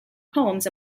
poems